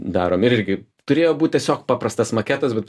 darom irgi kaip turėjo būt tiesiog paprastas maketas bet